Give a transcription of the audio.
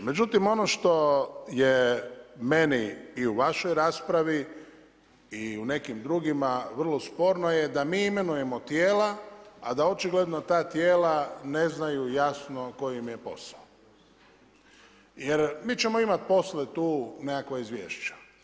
Međutim ono što je meni i u vašoj raspravi i u nekim drugima vrlo sporno je da mi imenujemo tijela, a da očigledno ta tijela ne znaju jasno koji im je posao jer mi ćemo imati poslije tu nekakva izvješća.